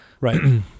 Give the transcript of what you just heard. Right